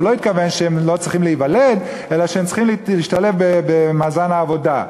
לא התכוון שהם לא צריכים להיוולד אלא שהם צריכים להשתלב במאזן העבודה.